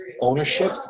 Ownership